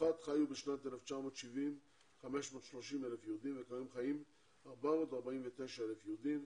בצרפת חיו בשנת 1970 530,000 יהודים וכיום חיים 449,000 יהודים,